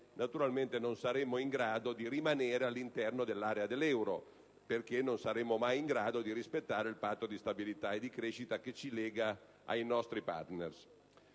autonomie non saremmo in grado di rimanere all'interno dell'area dell'euro perché non saremo mai in grado di rispettare il Patto di stabilità e di crescita che ci lega ai nostri partner.